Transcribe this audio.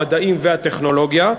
המדעים והטכנולוגיה,